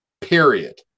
period